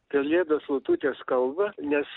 pelėdos lututės kalba nes